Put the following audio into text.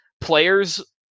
players